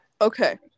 Okay